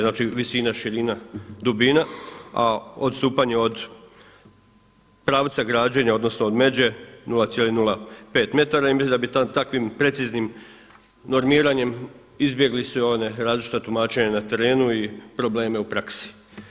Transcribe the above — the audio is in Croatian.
Znači visina, širina, dubina a odstupanje od pravca građenja, odnosno od međe 0,05 m. Ja mislim da bi takvim preciznim normiranjem izbjegli sva ona različita tumačenja na terenu i probleme u praksi.